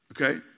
okay